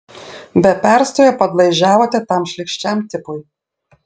be perstojo padlaižiavote tam šlykščiam tipui